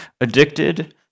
Addicted